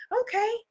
Okay